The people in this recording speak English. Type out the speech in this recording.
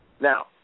Now